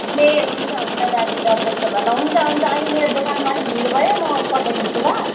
ए हुन्छ हुन्छ दाजु त त्यसो भए ल हुन्छ हुन्छ अहिले मेरो दोकानमा अलिक भिड भयो म पठाइदिन्छु ल